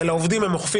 כי על העובדים הם אוכפים.